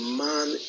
man